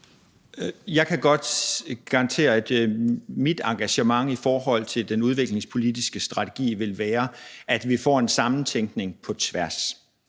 Jeg kan godt garantere, at mit engagement i forhold til den udviklingspolitiske strategi vil være, at vi får en sammentænkning på tværs.